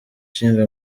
ishinga